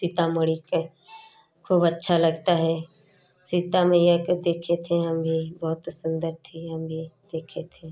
सीतामढ़ी के खूब अच्छा लगता है सीता मैया के देखे थे हम भी बहुते सुन्दर थीं हम भी देखे थे